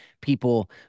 people